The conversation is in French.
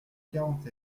quarante